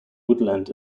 woodland